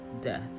Death